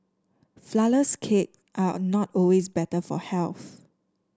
flourless cake are not always better for health